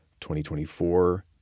2024